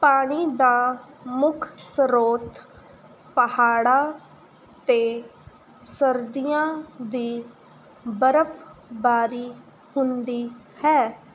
ਪਾਣੀ ਦਾ ਮੁੱਖ ਸਰੋਤ ਪਹਾੜਾਂ 'ਤੇ ਸਰਦੀਆਂ ਦੀ ਬਰਫ਼ਬਾਰੀ ਹੁੰਦੀ ਹੈ